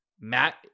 Matt